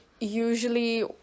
usually